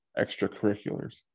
extracurriculars